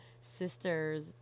sisters